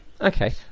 okay